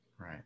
Right